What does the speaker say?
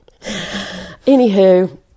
Anywho